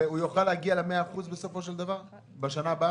הוא יוכל להגיע ל-100% בסופו של דבר בשנה הבאה?